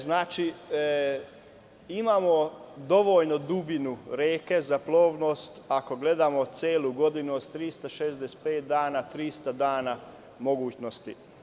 Znači, imamo dovoljnu dubinu reke za plovnost ako gledamo celu godinu od 365 dana, 300 dana mogućnosti.